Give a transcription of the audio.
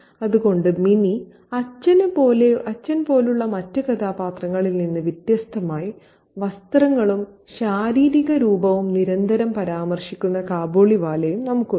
അതുകൊണ്ട് മിനി അച്ഛൻ പോലുള്ള മറ്റ് കഥാപാത്രങ്ങളിൽ നിന്ന് വ്യത്യസ്തമായി വസ്ത്രങ്ങളും ശാരീരിക രൂപവും നിരന്തരം പരാമർശിക്കുന്ന കാബൂളിവാലയും നമുക്കുണ്ട്